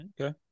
Okay